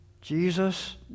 Jesus